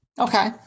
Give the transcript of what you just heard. Okay